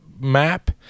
map